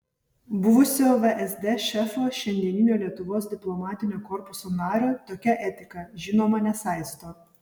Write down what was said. buvusio vsd šefo šiandieninio lietuvos diplomatinio korpuso nario tokia etika žinoma nesaisto